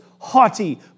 haughty